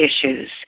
issues